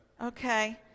Okay